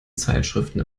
zeitschriften